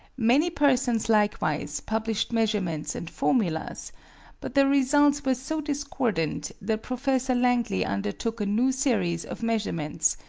many persons likewise published measurements and formulas but the results were so discordant that professor langley undertook a new series of measurements,